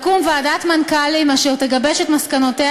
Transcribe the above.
לקום ועדת מנכ"לים אשר תגבש את מסקנותיה